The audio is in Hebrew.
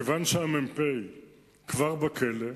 מכיוון שהמ"פ כבר בכלא,